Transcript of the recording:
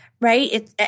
right